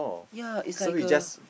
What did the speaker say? ya is like a